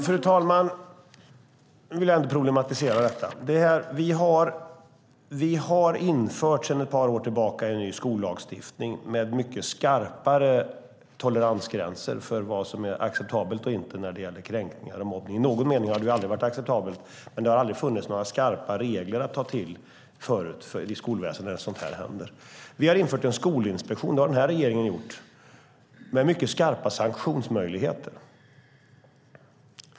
Fru talman! Jag vill problematisera detta. Vi har sedan ett par år tillbaka infört en skollagstiftning med mycket skarpare toleransgänser när det gäller kränkningar och mobbning. I någon mening har sådant aldrig varit acceptabelt, men det har aldrig förut funnits några skarpa regler att ta till när sådant händer i skolväsendet. Den här regeringen har infört en skolinspektion med mycket skarpa sanktionsmöjligheter.